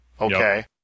Okay